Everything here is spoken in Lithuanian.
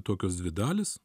tokios dvi dalys